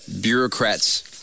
bureaucrats